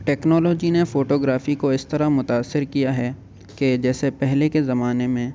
technology نے photography کو اس طرح متاثر کیا ہے کہ جیسے پہلے کے زمانے میں